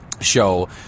show